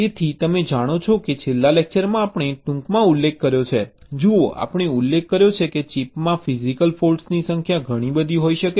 તેથી તમે જાણો છો કે છેલ્લા લેક્ચરમાં આપણે ટૂંકમાં ઉલ્લેખ કર્યો છે જુઓ આપણે ઉલ્લેખ કર્યો છે કે ચિપમાં ફિજીકલ ફૉલ્ટ્સની સંખ્યા ઘણી બધી હોઈ શકે છે